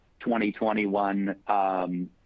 2021